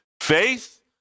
Faith